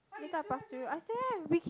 make up costume I still have we keep